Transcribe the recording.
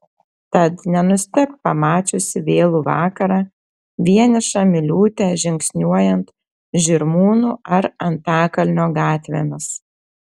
tad nenustebk pamačiusi vėlų vakarą vienišą miliūtę žingsniuojant žirmūnų ar antakalnio gatvėmis